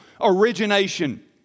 origination